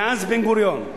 מאז בן-גוריון,